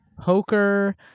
poker